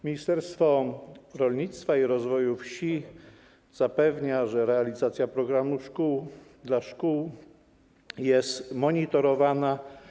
Ministerstwo Rolnictwa i Rozwoju Wsi zapewnia, że realizacja „Programu dla szkół” jest monitorowana.